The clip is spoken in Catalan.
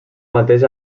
mateix